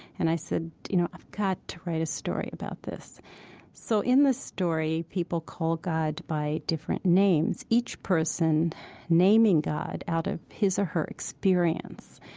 and i said, you know, i've got to write a story about this so in the story, people call god by different names, each person naming god out of his or her experience.